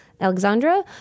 Alexandra